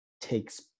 takes